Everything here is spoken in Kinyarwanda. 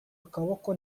akaboko